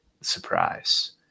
surprise